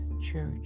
Church